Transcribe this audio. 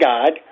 God